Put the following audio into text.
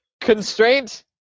constraint